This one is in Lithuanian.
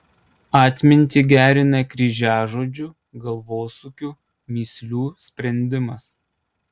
atmintį gerina kryžiažodžių galvosūkių mįslių sprendimas